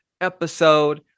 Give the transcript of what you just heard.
episode